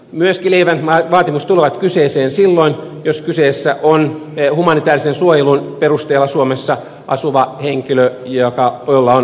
lievemmät vaatimukset tulevat kysymykseen myöskin silloin jos kyseessä on humanitäärisen suojelun perusteella suomessa asuva henkilö jolla on pakolaisasema